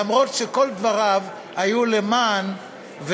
אף שכל דבריו היו למען,